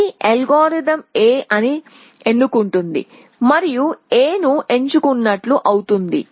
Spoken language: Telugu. ఈ అల్గోరిథం Aని ఎన్నుకుంటుంది మరియు Aను ఎంచుకున్నట్లు అవుతుంది